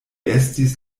estis